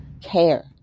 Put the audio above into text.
care